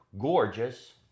gorgeous